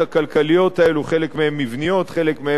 חלק מהן מבניות, חלק מהן בתחום המס,